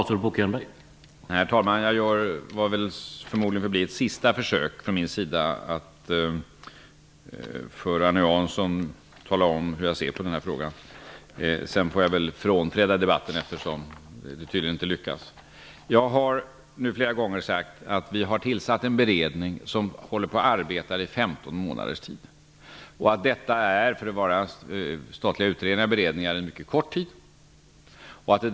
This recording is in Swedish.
Herr talman! Jag gör vad förmodligen får bli ett sista försök från min sida att för Arne Jansson tala om hur jag ser på den här frågan. Sedan får jag väl frånträda debatten om det inte lyckas. Jag har nu flera gånger sagt att vi har tillsatt en beredning som har arbetat i 15 månaders tid. Detta är för att vara en statlig utredning en mycket kort tid.